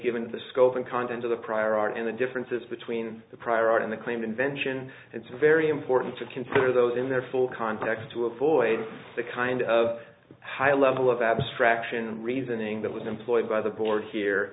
given the scope and content of the prior art and the differences between the prior art and the claimed invention it's very important to consider those in their full context to avoid the kind of high level of abstraction reasoning that was employed by the board here